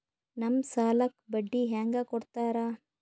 ನಮ್ ಸಾಲಕ್ ಬಡ್ಡಿ ಹ್ಯಾಂಗ ಕೊಡ್ತಾರ?